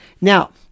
Now